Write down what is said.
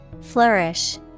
Flourish